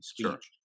speech